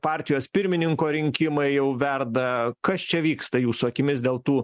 partijos pirmininko rinkimai jau verda kas čia vyksta jūsų akimis dėl tų